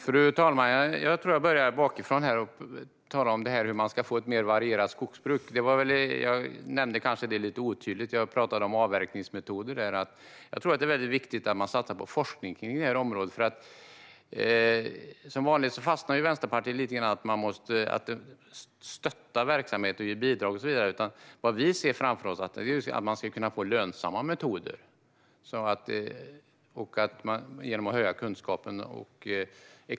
Fru talman! Jag börjar med hur man ska få ett mer varierat skogsbruk. Jag var kanske lite otydlig när jag talade om avverkningsmetoder. Jag tror att det är viktigt att satsa på forskning på detta område. Som vanligt fastnar Vänsterpartiet i att man måste stötta verksamheter med bidrag, men vi ser framför oss att man ska kunna få lönsamma metoder genom att höja kunskapen.